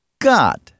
God